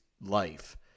life